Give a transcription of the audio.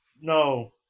No